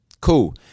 Cool